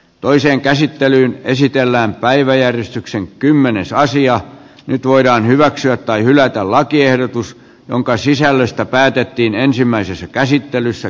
toisen käsittelyn esitellään päiväjärjestyksen kymmene saisi jo nyt voidaan hyväksyä tai hylätä lakiehdotus jonka sisällöstä päätettiin ensimmäisessä käsittelyssä